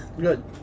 Good